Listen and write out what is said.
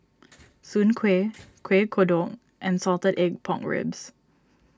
Soon Kuih Kuih Kodok and Salted Egg Pork Ribs